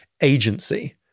agency